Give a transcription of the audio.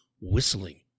whistling